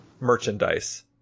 merchandise